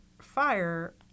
fire